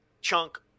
chunk